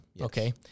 okay